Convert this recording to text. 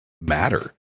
matter